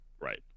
Right